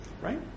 right